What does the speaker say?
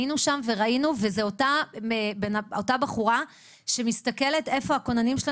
היינו שם וראינו וזה אותה בחורה שמסתכלת איפה הכוננים שלה